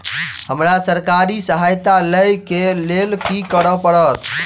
हमरा सरकारी सहायता लई केँ लेल की करऽ पड़त?